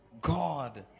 God